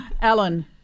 Alan